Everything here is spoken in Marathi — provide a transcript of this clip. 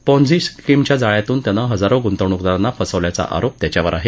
पॉन्झी स्किमच्या जाळ्यातून त्यानं हजारो गुंतवणुकदारांना फसवल्याचा आरोप त्याच्यावर आहे